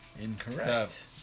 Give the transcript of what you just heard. Incorrect